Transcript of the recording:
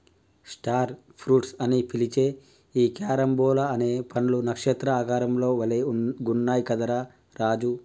star fruits అని పిలిచే ఈ క్యారంబోలా అనే పండ్లు నక్షత్ర ఆకారం లో భలే గున్నయ్ కదా రా రాజు